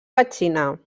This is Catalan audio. petxina